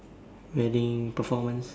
wedding performance